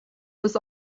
was